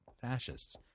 fascists